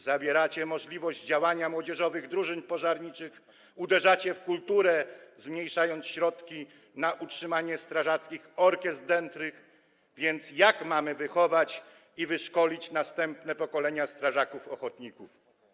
Zabieracie możliwość działania młodzieżowych drużyn pożarniczych, uderzacie w kulturę, zmniejszając środki na utrzymanie strażackich orkiestr dętych, więc jak mamy wychować i wyszkolić następne pokolenia strażaków ochotników?